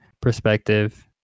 perspective